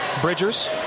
Bridgers